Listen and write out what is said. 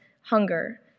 hunger